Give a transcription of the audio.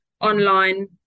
online